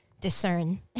discern